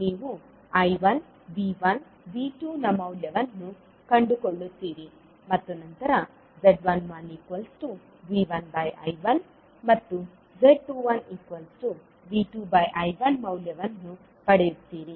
ನೀವು I1 V1 V2 ನ ಮೌಲ್ಯವನ್ನು ಕಂಡುಕೊಳ್ಳುತ್ತೀರಿ ಮತ್ತು ನಂತರ z11V1I1 ಮತ್ತು z21V2I1 ಮೌಲ್ಯವನ್ನು ಪಡೆಯುತ್ತೀರಿ